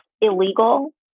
illegal